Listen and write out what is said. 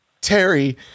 terry